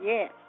Yes